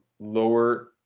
lower